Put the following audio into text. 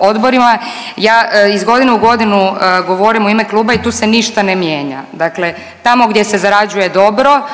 odborima. Ja iz godine u godinu govorim u ime kluba i tu se ništa ne mijenja. Dakle, tamo gdje se zarađuje dobro,